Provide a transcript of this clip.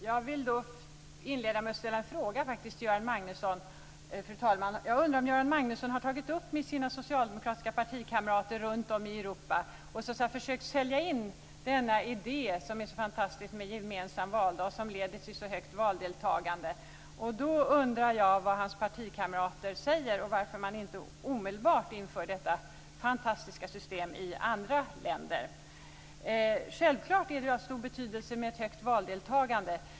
Fru talman! Inledningsvis undrar jag om Göran Magnusson med sina socialdemokratiska partikamrater runtom i Europa har tagit upp och så att säga försökt sälja in den så fantastiska idén med en gemensam valdag som leder till ett mycket högt valdeltagande. Vad säger hans partikamrater i så fall och varför inför man inte omedelbart detta fantastiska system i andra länder? Självklart är ett högt valdeltagande av stor betydelse.